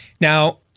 Now